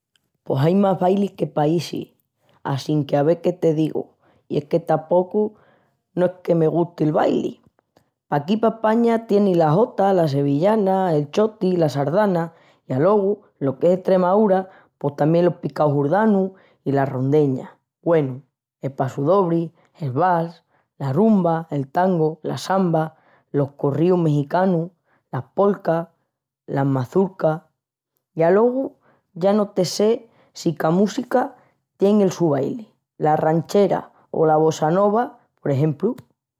Pos ain más bailis que paísis assinque ave qué te digu i es que tapocu no es que me gusti'l baili. Paquí pa España tienis la xota, la sevillana, el chotis, la sardana i alogu lo qu'es Estremaúra pos tamién los picaus hurzanus i las rondeñas. Güenu, e passu-dobri, el vas, la rumba, el tango, la samba, los corríus mexicanus, las polkas, las mazurkas. I alogu ya no te sé si ca música tien el su baili, la ranchera o la bossa nova, por exempru.